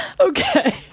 Okay